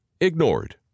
ignored